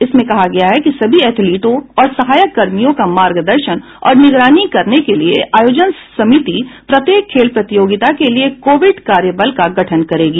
इसमें कहा गया है कि सभी एथलीटों और सहायक कर्मियों का मार्गदर्शन और निगरानी करने के लिए आयोजन समिति प्रत्येक खेल प्रतियोगिता के लिए कोविड कार्य बल का गठन करेगी